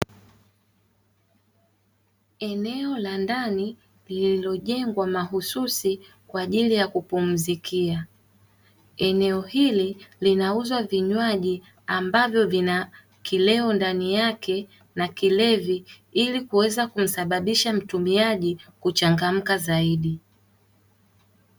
Eneo la ndani lililojengwa mahususi kwa ajili ya kupumzikia, eneo hili linauzwa vinywaji ambavyo vina kileo ndani yake na kilevi ili kuweza kumsababisha mtumiaji kuweza kuchangamka zaidi.